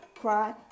cry